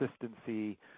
consistency